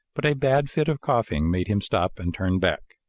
but a bad fit of coughing made him stop and turn back.